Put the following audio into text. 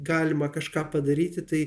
galima kažką padaryti tai